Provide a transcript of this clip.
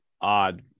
odd